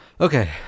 Okay